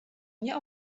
nie